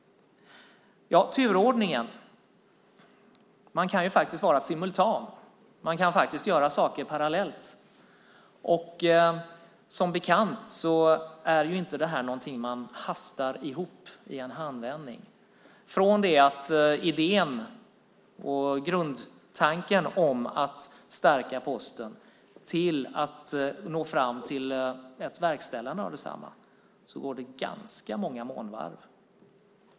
När det gäller turordningen kan man faktiskt var simultan. Man kan göra saker parallellt. Som bekant är inte det här någonting man hastar ihop i en handvändning. Från det att idén och grundtanken om att stärka Posten uppkommer till dess att man når fram till ett verkställande av desamma går det ganska många månvarv.